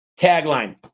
Tagline